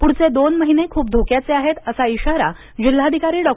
पुढचे दोन महिने खूप धोक्याचे आहेत असा इशारा जिल्हाधिकारी डॉ